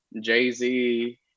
Jay-Z